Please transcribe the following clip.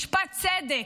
משפט צדק.